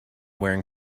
wearing